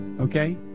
okay